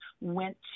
went